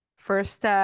First